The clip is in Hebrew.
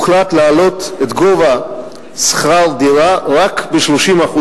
הוחלט להעלות את שכר הדירה רק ב-30%,